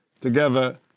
together